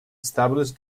established